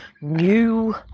new